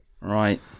Right